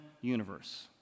universe